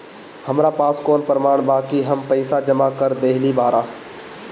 हमरा पास कौन प्रमाण बा कि हम पईसा जमा कर देली बारी?